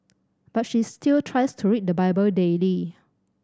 but she still tries to read the Bible daily